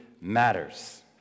matters